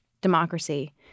democracy